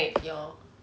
ya